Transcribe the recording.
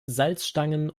salzstangen